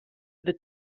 the